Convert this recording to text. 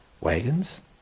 wagons